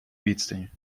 відстані